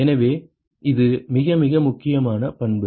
எனவே இது மிக மிக முக்கியமான பண்பு